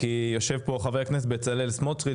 כיוון שיושב פה חבר הכנסת בצלאל סמוטריץ',